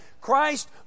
Christ